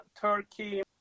Turkey